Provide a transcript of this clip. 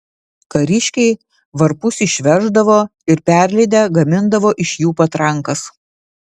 kariškiai varpus išveždavo ir perlydę gamindavo iš jų patrankas